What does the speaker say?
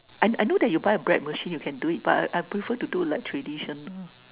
I I know that you buy a bread machine you can do it but I I prefer to do it like traditional